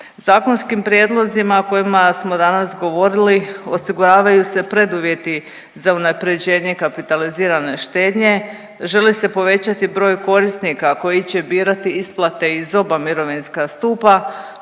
Zakonskim prijedlozima kojima smo danas govorili, osiguravaju se preduvjeti za unaprjeđenje kapitalizirane štednje, želi se povećati broj korisnika koji će birati isplate iz oba mirovinska stupa,